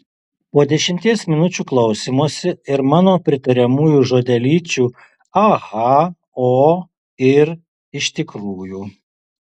po dešimties minučių klausymosi ir mano pritariamųjų žodelyčių aha o ir iš tikrųjų